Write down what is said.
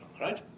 right